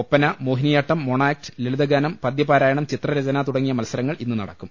Oppana Mohiniyattam mono act ലളിതഗാനം പദ്യപാരായണംചിത്രരചന തുടങ്ങിയ മത്സരങ്ങൾ ഇന്ന് നടക്കും